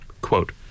Quote